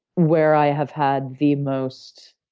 where i have had the most